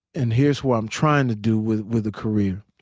and here's what i'm trying to do with with the career,